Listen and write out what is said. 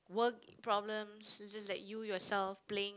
work problems this is like you yourself playing